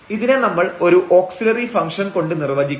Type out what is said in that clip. ഇതിനെ നമ്മൾ ഒരു ഓക്സില്ലറി ഫംഗ്ഷൻ കൊണ്ട് നിർവചിക്കാം